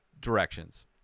directions